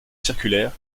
circulaire